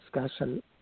discussion